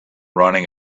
running